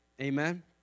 Amen